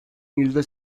yüzde